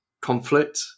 conflict